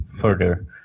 further